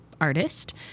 artist